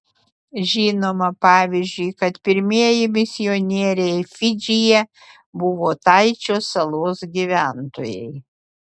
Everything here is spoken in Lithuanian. žinoma pavyzdžiui kad pirmieji misionieriai fidžyje buvo taičio salos gyventojai